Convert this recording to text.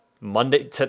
monday